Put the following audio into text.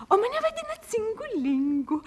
o mane vadina cingu lingu